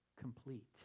complete